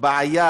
בעיה